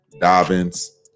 Dobbins